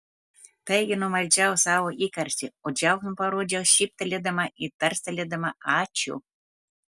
taigi numaldžiau savo įkarštį o džiaugsmą parodžiau šyptelėdama ir tarstelėdama ačiū